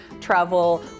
travel